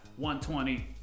120